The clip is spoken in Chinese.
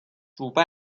主办